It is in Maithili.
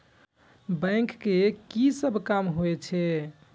बैंक के की सब काम होवे छे?